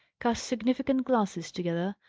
cast significant glances together,